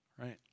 Right